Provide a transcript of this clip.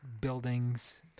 buildings